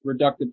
reductive